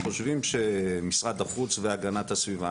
משרד החוץ והגנת הסביבה,